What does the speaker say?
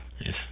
Yes